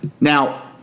Now